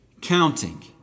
counting